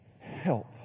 Help